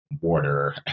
water